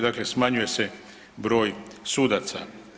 Dakle, smanjuje se broj sudaca.